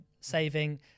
saving